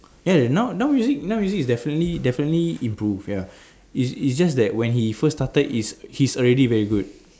ya now now music now music is definitely definitely improve ya is is just that when he first started is he's already very good